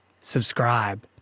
subscribe